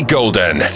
Golden